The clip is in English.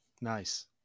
nice